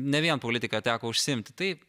ne vien politika teko užsiimti tai